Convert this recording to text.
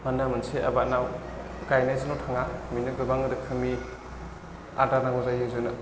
मानोना मोनसे आबादाव गायनायजोंल' थाङा बेनो गोबां रोखोमनि आदार नांगौ जायो जेन